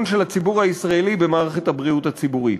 של הציבור הישראלי במערכת הבריאות הציבורית.